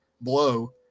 blow